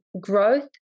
growth